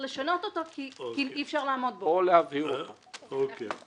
אנחנו מבחינתנו נשארים כאן אחרי הדיון בשביל להספיק לשבת --- אוקיי,